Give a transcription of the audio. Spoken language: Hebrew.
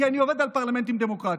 כי אני מדבר על פרלמנטים דמוקרטיים.